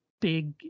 big